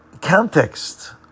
context